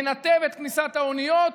מנתב את כניסת האוניות.